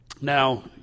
Now